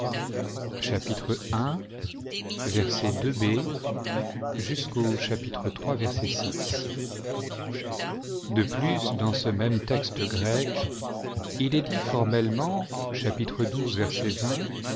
i de baie jusqu'aux de plus dans ce même texte grec il est dit formellement xn